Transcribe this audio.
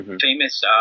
Famous